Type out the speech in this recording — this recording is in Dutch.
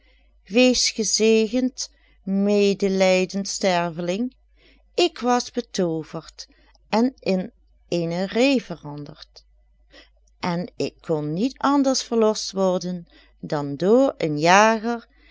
wees gezegend medelijdend sterveling ik was betooverd en in eene ree veranderd en ik kon niet anders verlost worden dan door een jager